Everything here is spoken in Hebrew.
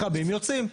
מחבלים יוצאים.